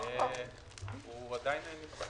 הוא עדין נמצא.